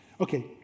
Okay